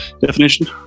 Definition